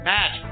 Matt